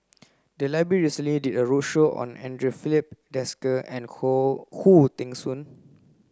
the library recently did a roadshow on Andre Filipe Desker and Khoo Teng Soon